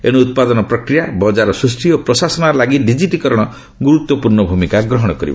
ଏଣୁ ଉତ୍ପାଦନ ପ୍ରକ୍ରିୟା ବଜାର ସୃଷ୍ଟି ଓ ପ୍ରଶାସନ ଲାଗି ଡିକ୍କିଟିକରଣ ଗୁରୁତ୍ୱପୂର୍ଣ୍ଣ ଭୂମିକା ନିଭାଇ ପାରିବ